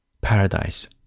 paradise